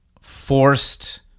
forced